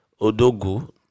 Odogu